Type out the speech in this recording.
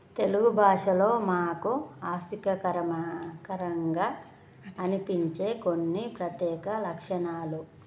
తెలుగు భాషలో మాకు ఆసక్తికరంగా అనిపించే కొన్ని ప్రత్యేక లక్షణాలు